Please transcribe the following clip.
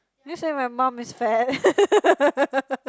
did you say my mum is fat